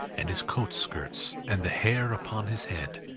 and his coat-skirts, and the hair upon his head.